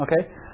Okay